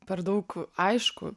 per daug aišku